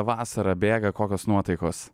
vasara bėga kokios nuotaikos